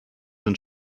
sind